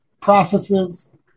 processes